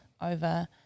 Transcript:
over